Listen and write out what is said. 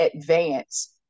advance